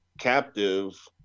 captive